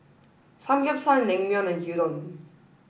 Samgyeopsal Naengmyeon and Gyudon